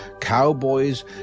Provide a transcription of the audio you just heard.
cowboys